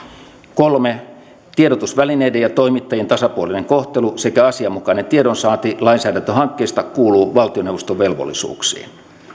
kolme tiedotusvälineiden ja toimittajien tasapuolinen kohtelu sekä asianmukainen tiedonsaanti lainsäädäntöhankkeista kuuluu valtioneuvoston velvollisuuksiin